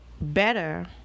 better